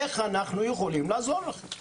איך אנחנו יכולים לעזור לכם.